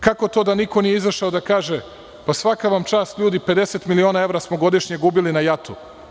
Kako to da niko nije izašao da kaže – pa, svaka vam čast, ljudi, 50 miliona evra smo godišnje gubili na JAT.